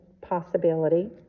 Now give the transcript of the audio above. possibility